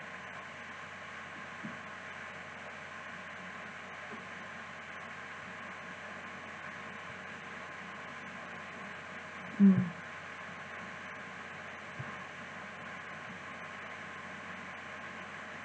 mm